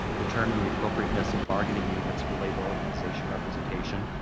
determine the appropriateness of bargaining units for labor organization representation,